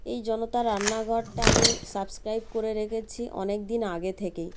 এই জনতার রান্নাঘরটা আমি সাবস্ক্রাইব করে রেখেছি অনেক দিন আগে থেকেই